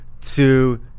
two